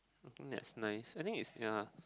that's nice I think is ya